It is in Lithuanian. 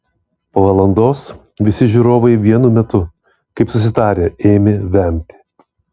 po valandos visi žiūrovai vienu metu kaip susitarę ėmė vemti